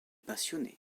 passionné